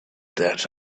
that